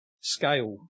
scale